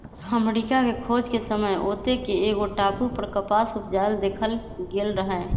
अमरिका के खोज के समय ओत्ते के एगो टापू पर कपास उपजायल देखल गेल रहै